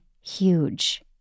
huge